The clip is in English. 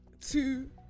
Two